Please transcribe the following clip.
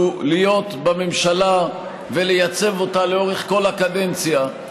הוא להיות בממשלה ולייצב אותה לאורך כל הקדנציה,